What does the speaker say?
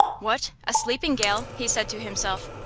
what, a sleeping gal! he said to himself.